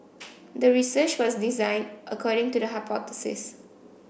the research was designed according to the hypothesis